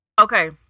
Okay